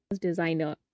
designer